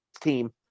team